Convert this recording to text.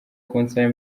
kunsaba